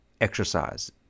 exercise